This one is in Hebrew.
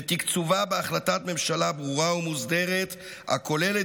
ותקצובה בהחלטת ממשלה ברורה ומסודרת הכוללת